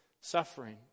suffering